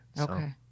Okay